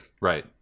Right